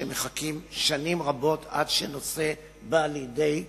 שמחכים שנים רבות עד שנושא בא לידי החלטה.